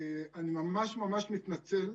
אני ממש ממש מתנצל,